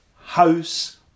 house